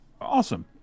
Awesome